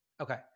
Okay